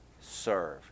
serve